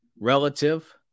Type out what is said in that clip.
relative